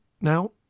Now